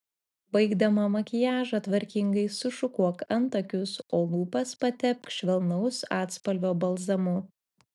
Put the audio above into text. baigdama makiažą tvarkingai sušukuok antakius o lūpas patepk švelnaus atspalvio balzamu